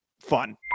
fun